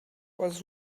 was